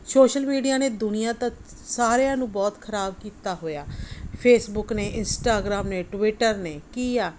social media ਨੇ ਦੁਨੀਆਂ ਤੱਕ ਸਾਰਿਆਂ ਨੂੰ ਬਹੁਤ ਖਰਾਬ ਕੀਤਾ ਹੋਇਆ ਫੇਸਬੁੱਕ ਨੇ ਇੰਸਟਾਗ੍ਰਾਮ ਨੇ ਟਵੀਟਰ ਨੇ ਕੀ ਆ